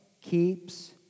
keeps